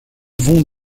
vont